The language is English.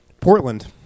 Portland